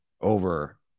over